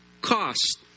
cost